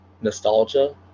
nostalgia